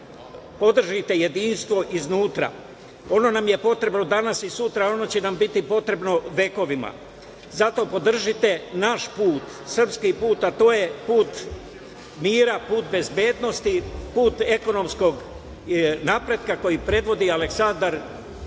podržite jedinstvo iznutra. Ono nam je potrebno danas i sutra, ono će nam biti potrebno vekovima. Zato podržite naš put, srpski put, a to je put mira, put bezbednosti, put ekonomskog napretka koji predvodi Aleksandar Vučić,